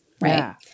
right